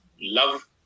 love